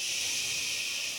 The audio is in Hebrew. ששש.